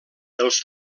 els